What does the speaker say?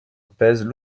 pèsent